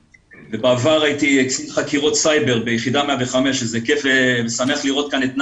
בעבר הייתי קצין חקירות סייבר ביחידה 105 ואני שמח לראות כאן את נאוה,